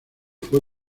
fue